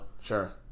Sure